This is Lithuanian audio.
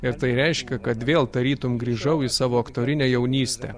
ir tai reiškia kad vėl tarytum grįžau į savo aktorinę jaunystę